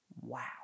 Wow